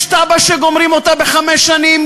יש תב"ע שגומרים בחמש שנים,